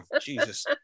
Jesus